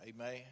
amen